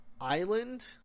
island